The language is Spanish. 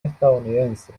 estadounidense